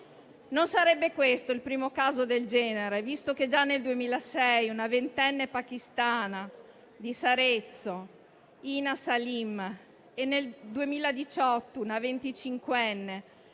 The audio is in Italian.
Non sarebbe questo il primo caso del genere, visto che già nel 2006 una ventenne pakistana di Sarezzo, Hina Saleem, e nel 2018 una venticinquenne